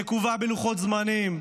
שנקובים בה לוחות זמנים,